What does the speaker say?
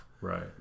Right